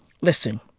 Listen